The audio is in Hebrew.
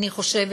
אני חושבת